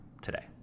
today